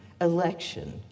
election